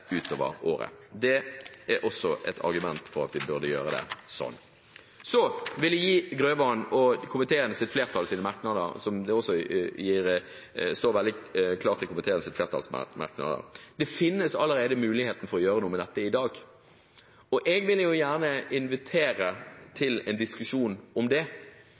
utover året. Det er også et argument for at vi burde gjøre det slik. Så til Grøvan og merknadene til komiteens flertall: Det står veldig klart i komiteens flertallsmerknader at det finnes allerede muligheter for å gjøre noe med dette i dag, og jeg vil gjerne invitere til en diskusjon om det.